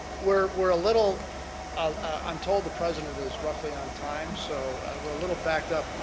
we're we're a little i'm told the president is roughly on time. so we're a little backed up.